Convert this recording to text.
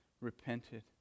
repented